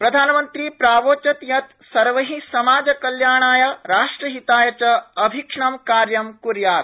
प्रधानमन्त्री प्रावोचत् यत्सर्वै समाजकल्याणाय राष्ट्रहिताय च अभीक्ष्णम् कार्यम् कर्यात्